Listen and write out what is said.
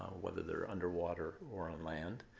whether they're under water or on land.